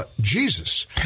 Jesus